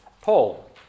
Paul